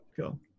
Cool